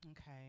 okay